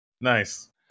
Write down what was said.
Nice